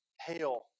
Hail